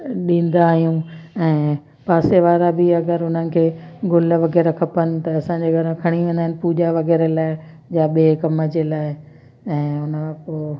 ॾींदा आहियूं ऐं पासे वारा बि अगरि उन्हनि खे गुल वग़ैरह खपनि त असांजे घरो खणी वेंदा आहिनि पूॼा वग़ैरह लाइ या ॿिए जे लाइ ऐं उन खां पोइ